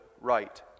right